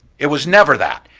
it was never that.